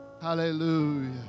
Hallelujah